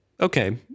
okay